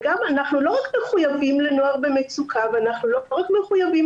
ואנחנו לא רק מחויבים לנוער במצוקה ואנחנו לא רק מחויבים